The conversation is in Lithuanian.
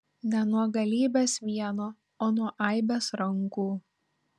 ne nuo galybės vieno o nuo aibės rankų